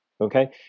Okay